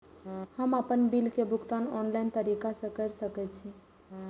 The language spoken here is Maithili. हम आपन बिल के भुगतान ऑनलाइन तरीका से कर सके छी?